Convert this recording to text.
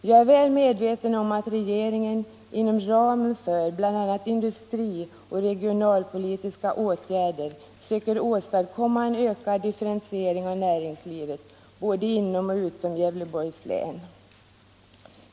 Jag är väl medveten om att regeringen inom ramen för bl.a. industrioch regionalpolitiska åtgärder söker åstadkomma en ökad differentiering av näringslivet både inom och utom Gävleborgs län.